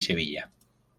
sevilla